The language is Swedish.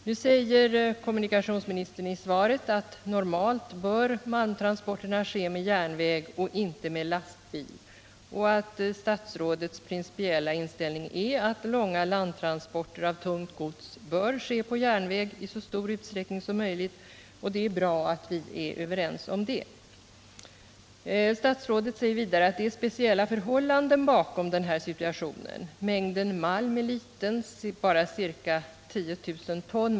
Nu säger kommunikationsministern i svaret att normalt bör malmtransporterna ske med järnväg och inte med lastbil, och statsrådets principiella inställning är att långa landtransporter av tungt gods bör ske på järnväg i så stor utsträckning som möjligt. Det är bra att vi är överens om det. Statsrådet säger att det är speciella förhållanden bakom den här situationen. Mängden malm är liten, bara ca 10 000 ton.